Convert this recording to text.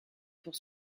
pour